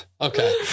Okay